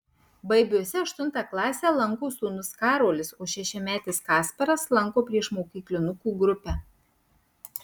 baibiuose aštuntą klasę lanko sūnus karolis o šešiametis kasparas lanko priešmokyklinukų grupę